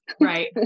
Right